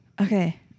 Okay